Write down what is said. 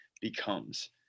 becomes